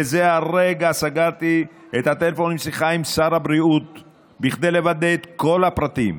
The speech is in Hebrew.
בזה הרגע סגרתי את הטלפון בשיחה עם שר הבריאות כדי לוודא את כל הפרטים.